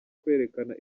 kwerekana